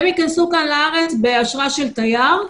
הם יכנסו כאן לארץ באשרה של תייר.